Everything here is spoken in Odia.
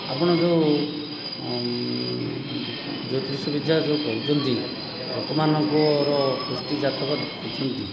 ଆପଣ ଯେଉଁ ଜ୍ୟୋତିଷବିଦ୍ୟା ଯେଉଁ କରୁଛନ୍ତି ଲୋକମାନଙ୍କର ଗୋଷ୍ଟି ଜାତକ ଦେଖୁଛନ୍ତି